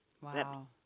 Wow